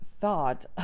thought